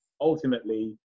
ultimately